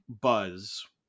buzz